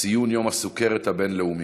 ציון יום הסוכרת הבין-לאומי.